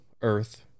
Earth